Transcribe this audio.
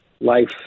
life